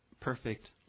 perfect